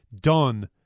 done